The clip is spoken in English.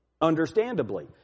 understandably